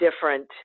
different